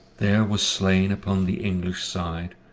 there was slain upon the english side,